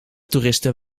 toeristen